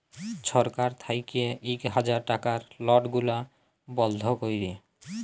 ছরকার থ্যাইকে ইক হাজার টাকার লট গুলা বল্ধ ক্যরে